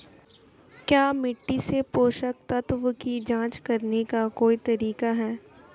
क्या मिट्टी से पोषक तत्व की जांच करने का कोई तरीका है?